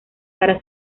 para